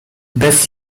bez